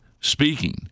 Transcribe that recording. speaking